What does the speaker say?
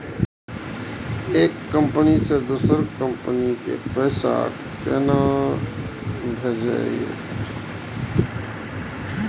एक कंपनी से दोसर कंपनी के पैसा केना भेजये?